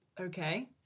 Okay